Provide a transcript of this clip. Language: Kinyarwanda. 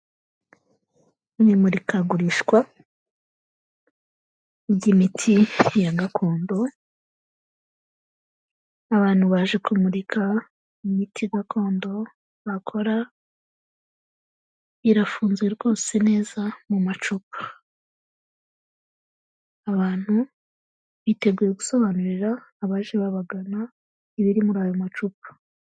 mu imurikagurishwa ry'imiti ya gakondo, abantu baje kumurika imiti gakondo bakora, irafunze rwose neza mu macupa, abantu biteguye gusobanurira abaje babagana ibiri muri ayo macupa.